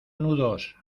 nudos